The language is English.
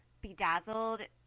bedazzled